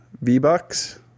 V-Bucks